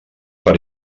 per